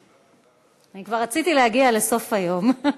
אני כבר רציתי להגיע לסוף היום.